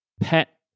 pet